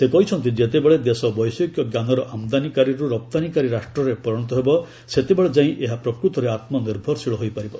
ସେ କହିଛନ୍ତି ଯେତେବେଳେ ଦେଶ ବୈଷୟିକଜ୍ଞାନର ଆମଦାନିକାରୀରୁ ରପ୍ତାନୀକାରୀ ରାଷ୍ଟ୍ରରେ ପରିଣତ ହେବ ସେତେବେଳେ ଯାଇଁ ଏହା ପ୍ରକୂତରେ ଆତ୍କନିର୍ଭରଶୀଳ ହୋଇପାରିବ